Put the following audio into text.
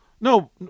No